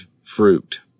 fruit